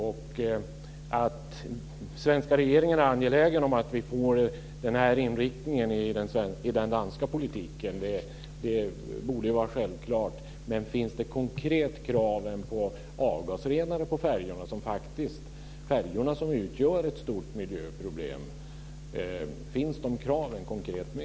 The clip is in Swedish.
Att den svenska regeringen är angelägen om att den danska politiken får den här inriktningen borde vara självklart, men finns konkreta krav på avgasrenare på färjorna, som faktiskt utgör ett stort miljöproblem, med i dessa samtal?